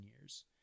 years